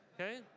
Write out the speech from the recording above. okay